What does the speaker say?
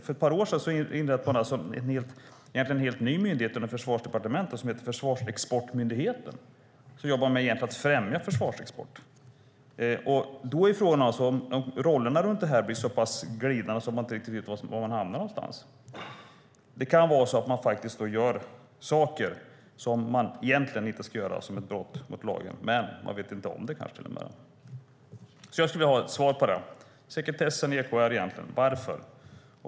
För ett par år sedan inrättades en helt ny myndighet under Försvarsdepartementet, Försvarsexportmyndigheten, som egentligen jobbar med att främja försvarsexport. Då är frågan om rollerna här blir så glidande att man inte vet var man hamnar någonstans. Det kan vara så att man då gör saker som man egentligen inte ska göra och som bryter mot lagen, men man kanske inte vet om det. Jag skulle vilja ha svar på frågorna: Varför sekretessen i EKR?